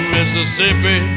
Mississippi